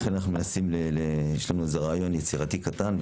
לכן יש לנו רעיון יצירתי קטן.